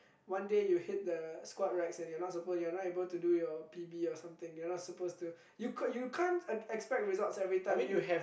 one day you hate the squad rights and you are not supposed you are not able to do your P_B or something you are not supposed to you could you can't ex~ expect results every time you